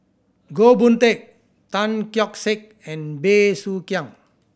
Goh Boon Teck Tan Keong Saik and Bey Soo Khiang